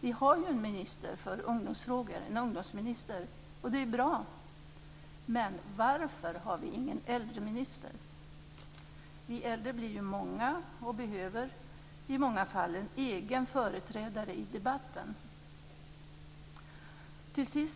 Det finns ju en minister för ungdomsfrågor, en ungdomsminister, och det är bra. Men varför har vi ingen äldreminister? Vi äldre blir alltfler och behöver i många fall en egen företrädare i debatten. Fru talman!